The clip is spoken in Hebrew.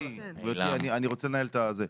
גברתי, אני רוצה לנהל את הזה.